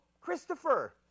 Christopher